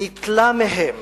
ניטלה מהם